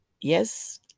Yes